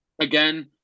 again